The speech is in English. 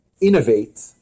innovate